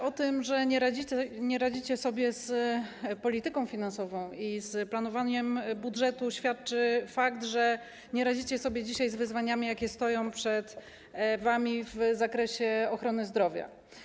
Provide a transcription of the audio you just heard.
O tym, że nie radzicie sobie z polityką finansową i z planowaniem budżetu, świadczy fakt, że nie radzicie sobie dzisiaj z wyzwaniami, jakie stoją przed wami w zakresie ochrony zdrowia.